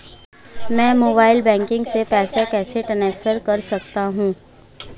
मैं mobile banking से पैसे कैसे ट्रांसफर कर सकता हूं?